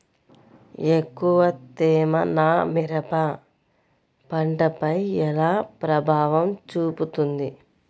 ఎక్కువ తేమ నా మిరప పంటపై ఎలా ప్రభావం చూపుతుంది?